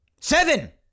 Seven